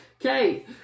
Okay